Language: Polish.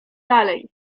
dalej